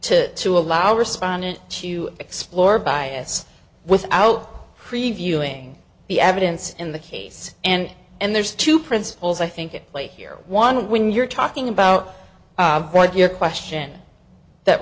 to to allow respondent to explore bias without reviewing the evidence in the case and and there's two principles i think it play here one when you're talking about what your question that